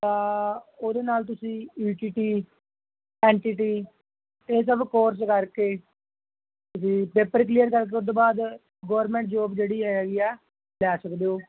ਤਾਂ ਉਹਦੇ ਨਾਲ ਤੁਸੀਂ E T T N T T ਇਹ ਸਭ ਕੋਰਸ ਕਰਕੇ ਤੁਸੀਂ ਪੇਪਰ ਕਲੀਅਰ ਕਰਕੇ ਉੱਦੂ ਬਾਅਦ ਗੌਰਮੈਂਟ ਜੋਬ ਜਿਹੜੀ ਹੈਗੀ ਆ ਲੈ ਸਕਦੇ ਹੋ